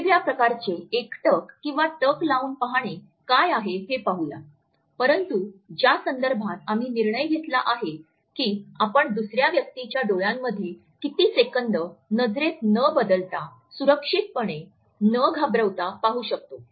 वेगवेगळ्या प्रकारचे एकटक किंवा टक लावून पाहणे काय आहे हे पाहूया परंतु ज्या संदर्भात आम्ही निर्णय घेतला आहे की आपण दुसर्या व्यक्तीच्या डोळ्यांमध्ये किती सेकंद नजरेत न बदलता सुरक्षितपणे न घाबरविता पाहू शकतो